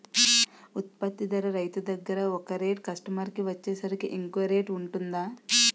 ఉత్పత్తి ధర రైతు దగ్గర ఒక రేట్ కస్టమర్ కి వచ్చేసరికి ఇంకో రేట్ వుంటుందా?